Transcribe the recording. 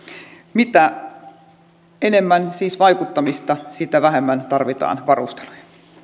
mitä enemmän siis vaikuttamista sitä vähemmän tarvitaan varusteluja